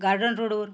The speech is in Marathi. गार्डन रोडवर